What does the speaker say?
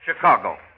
Chicago